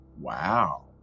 Wow